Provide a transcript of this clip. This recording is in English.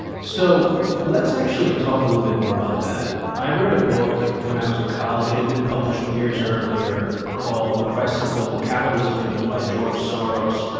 so let's actually talk a little bit more about that. i read a book when i was in college, it had been published years earlier called the crisis of global capitalism. it was by george soros.